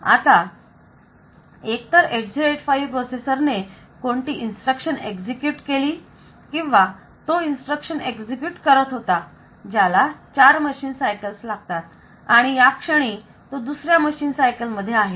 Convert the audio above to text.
आता एकतर 8085 प्रोसेसर ने कोणती इन्स्ट्रक्शन एक्झिक्युट केली किंवा तो इन्स्ट्रक्शन एक्झिक्युट करत होता ज्याला 4 मशीन सायकल्स लागतात आणि या क्षणी तो दुसऱ्या मशीन सायकल मध्ये आहे